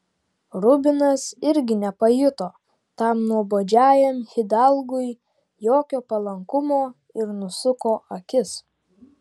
rubinas irgi nepajuto tam nuobodžiajam hidalgui jokio palankumo ir nusuko akis